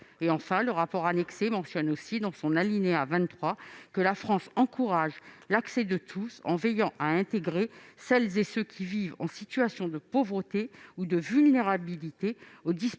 Quant au rapport annexé, il dispose également, à l'alinéa 23, que « La France encourage l'accès de tous, en veillant à intégrer celles et ceux qui vivent en situation de pauvreté ou de vulnérabilité, aux dispositifs